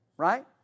Right